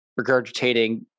regurgitating